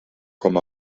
com